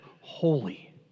holy